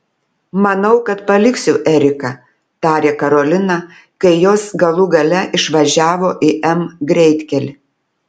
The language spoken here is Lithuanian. manau kad paliksiu eriką tarė karolina kai jos galų gale išvažiavo į m greitkelį